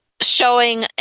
Showing